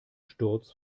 sturz